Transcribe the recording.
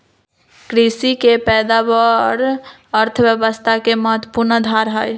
कृषि के पैदावार अर्थव्यवस्था के महत्वपूर्ण आधार हई